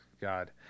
God